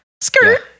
Skirt